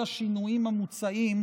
על השינויים המוצעים,